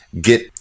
get